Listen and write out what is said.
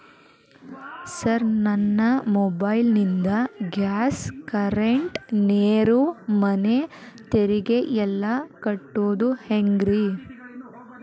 Sir ನನ್ನ mobile ನಿಂದ gas, current, ನೇರು, ಮನೆ ತೆರಿಗೆ ಎಲ್ಲಾ ಕಟ್ಟೋದು ಹೆಂಗ್ರಿ?